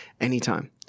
anytime